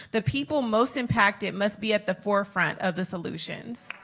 the people most impacted must be at the forefront of the solutions.